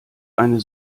eine